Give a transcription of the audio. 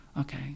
Okay